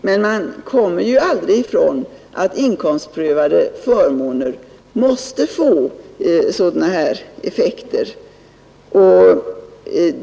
Men man kommer ju aldrig ifrån att inkomstprövade förmåner måste få sådana här effekter.